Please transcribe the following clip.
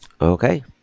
Okay